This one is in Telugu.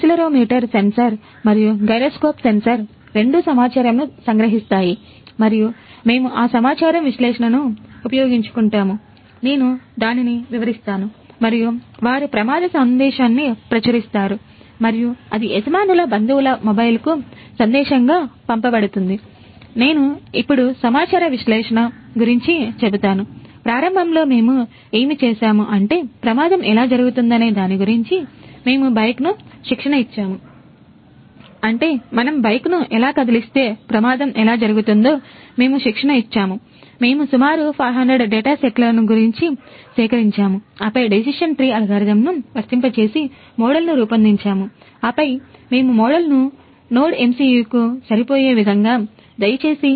యాక్సిలెరోమీటర్ సెన్సార్కు సరిపోయే విధంగా దయచేసి